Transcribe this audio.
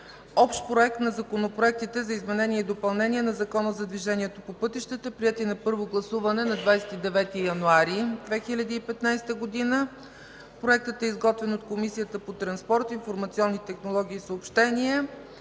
Общ проект на законопроектите за изменение и допълнение на Закона за движението по пътищата, приети на първо гласуване на 29 януари 2015 г. Проектът е изготвен от Комисията по транспорт, информационни технологии и съобщения.